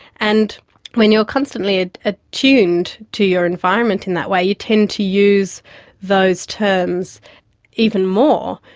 and when you're constantly ah ah attuned to your environment in that way you tend to use those terms even more.